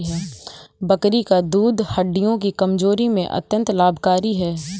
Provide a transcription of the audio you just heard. बकरी का दूध हड्डियों की कमजोरी में अत्यंत लाभकारी है